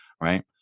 right